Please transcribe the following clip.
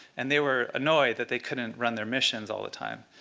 and they were annoyed that they couldn't run their missions all the time.